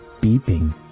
beeping